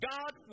God